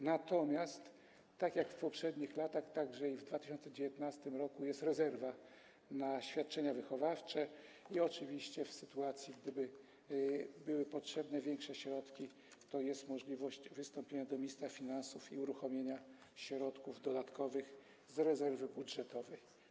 Natomiast jak w poprzednich latach, tak i w 2019 r. jest rezerwa na świadczenia wychowawcze i oczywiście w sytuacji, gdyby były potrzebne większe środki, jest możliwość wystąpienia do ministra finansów i uruchomienia środków dodatkowych z rezerwy budżetowej.